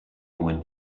when